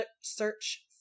search